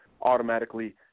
automatically